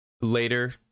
Later